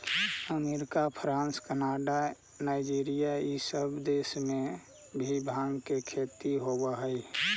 America, France, Canada, Nigeria इ सब देश में भी भाँग के खेती होवऽ हई